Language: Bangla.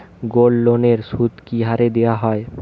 গোল্ডলোনের সুদ কি হারে দেওয়া হয়?